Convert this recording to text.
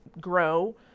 grow